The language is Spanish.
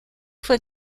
fue